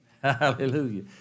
Hallelujah